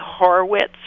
Horwitz